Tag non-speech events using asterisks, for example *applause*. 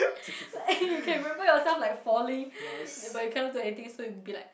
*breath* like you can remember yourself like falling but you cannot do anything so you be like